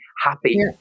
happy